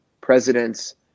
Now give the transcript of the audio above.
presidents